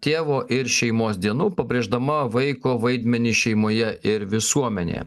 tėvo ir šeimos dienų pabrėždama vaiko vaidmenį šeimoje ir visuomenėje